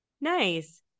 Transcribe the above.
Nice